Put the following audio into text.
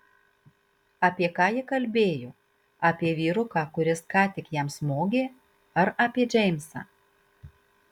apie ką ji kalbėjo apie vyruką kuris ką tik jam smogė ar apie džeimsą